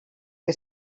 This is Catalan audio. que